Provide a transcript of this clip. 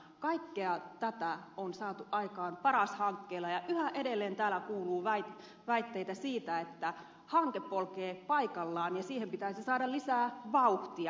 kaikkea tätä on saatu aikaan paras hankkeella ja yhä edelleen täällä kuuluu väitteitä siitä että hanke polkee paikallaan ja siihen pitäisi saada lisää vauhtia